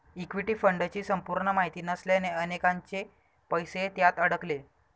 equity फंडची संपूर्ण माहिती नसल्याने अनेकांचे पैसे त्यात अडकले